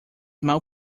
mal